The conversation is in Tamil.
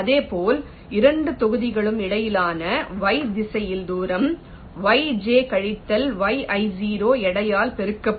இதேபோல் இரண்டு தொகுதிகளுக்கும் இடையிலான y திசையில் தூரம் yj கழித்தல் yi0 எடையால் பெருக்கப்படும்